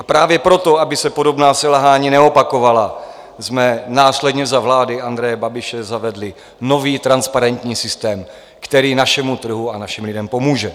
Právě proto, aby se podobná selhání neopakovala, jsme následně za vlády Andreje Babiše zavedli nový transparentní systém, který našemu trhu a našim lidem pomůže.